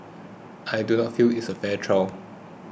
I do not feel it's a fair trial